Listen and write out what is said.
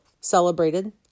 celebrated